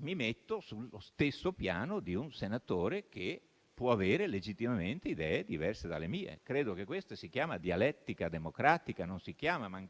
mi metto sullo stesso piano di un senatore che può avere legittimamente idee diverse dalle mie. Credo che questa si chiami dialettica democratica, non si chiama mancanza